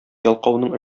ялкауның